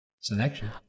selection